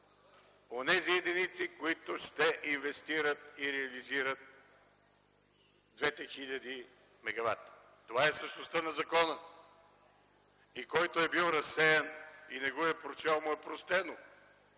онези единици, които ще инвестират и реализират 2000 мегавата. Това е същността на закона. Който е бил разсеян и не го е прочел – му е простено,